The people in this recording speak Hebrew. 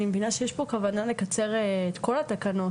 אני מבינה שיש פה כוונה לקצר את כל התקנות